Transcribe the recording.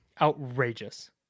Outrageous